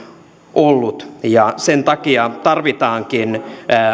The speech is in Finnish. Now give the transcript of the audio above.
ollut ja sen takia tarvitaankin